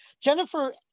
Jennifer